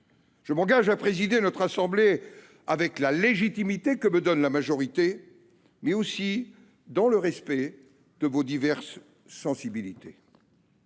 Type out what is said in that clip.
Je m’engage à présider notre assemblée avec la légitimité que me donne la majorité, mais aussi dans le respect de vos diverses sensibilités.